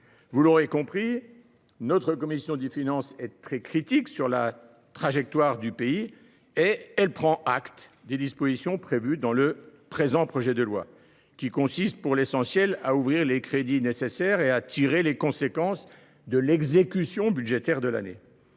Vous l’aurez compris, si la commission des finances est très critique de la trajectoire budgétaire du pays, elle prend acte des dispositions prévues dans le présent projet de loi. Celui ci consiste en réalité, pour l’essentiel, à ouvrir des crédits nécessaires et à tirer les conséquences de l’exécution budgétaire de l’année.